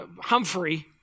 Humphrey